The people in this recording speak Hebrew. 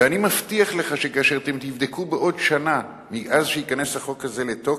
ואני מבטיח לך שכאשר אתם תבדקו שנה אחרי שייכנס החוק הזה לתוקף,